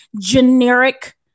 generic